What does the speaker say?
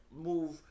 move